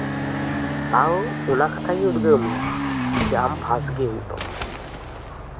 ᱛᱟᱣ ᱚᱱᱟ ᱠᱟᱛᱷᱟ ᱜᱮᱭ ᱩᱫᱽᱜᱟᱹᱣ ᱢᱮᱭᱟ ᱡᱮ ᱟᱢ ᱯᱟᱥ ᱜᱮ ᱦᱩᱭᱩᱜ ᱛᱟᱢᱟ